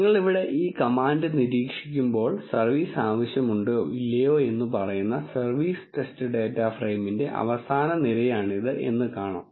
നിങ്ങൾ ഇവിടെ ഈ കമാൻഡ് നിരീക്ഷിക്കുമ്പോൾ സർവീസ് ആവശ്യമുണ്ടോ ഇല്ലയോ എന്ന് പറയുന്ന സർവീസ് ടെസ്റ്റ് ഡേറ്റ ഫ്രെയിമിന്റെ അവസാന നിരയാണിത് എന്ന് കാണാം